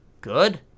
good